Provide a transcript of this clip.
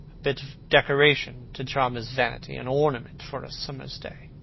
bit of decoration to charm his vanity, an ornament for a summer's day.